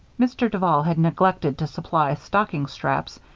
mr. duval had neglected to supply stocking-straps.